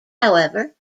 however